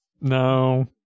No